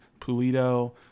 Pulido